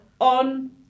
on